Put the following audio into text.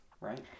Right